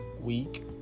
week